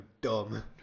dumb